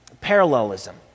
parallelism